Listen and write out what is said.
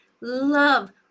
love